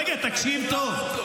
רגע, תקשיב טוב.